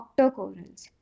octocorals